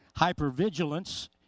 Hypervigilance